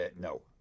No